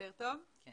קודם